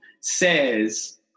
says